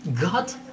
God